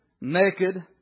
naked